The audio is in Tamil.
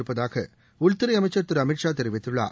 இருப்பதாக் உள்துறை அமைச்சர் திரு அமித் ஷா தெரிவித்தள்ளார்